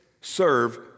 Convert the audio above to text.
serve